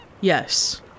Yes